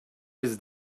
his